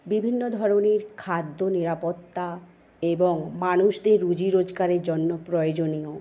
বিভিন্ন ধরনের খাদ্য নিরাপত্তা এবং মানুষদের রুজি রোজগারের জন্য প্রয়োজনীয়